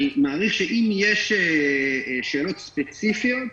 אני מעריך שאם יש שאלות ספציפיות,